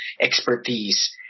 expertise